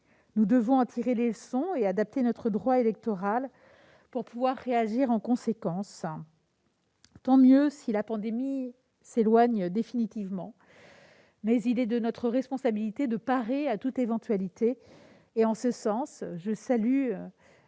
Nous devons en tirer les leçons et adapter notre droit électoral pour pouvoir réagir en conséquence. Tant mieux si la pandémie s'éloigne définitivement, mais il est de notre responsabilité de parer à toute éventualité et, en ce sens, je salue